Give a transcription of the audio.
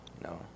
No